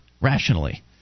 rationally